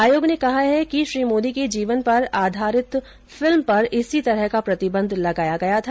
आयोग ने कहा है कि श्री मोदी के जीवन पर आधारित फिल्म पर इसी तरह का प्रतिबंध लगाया गया था